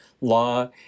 law